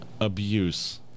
abuse